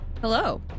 Hello